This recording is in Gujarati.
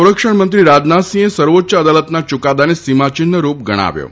સંરક્ષણમંત્રી રાજનાથસિંહે સર્વોચ્ય અદાલતના ચૂકાદાને સીમાયિન્હરૂપ ગણાવ્યો છે